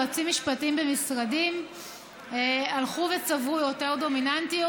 יועצים משפטיים במשרדים הלכו וצברו יותר דומיננטיות,